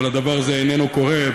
אבל הדבר הזה איננו קורה,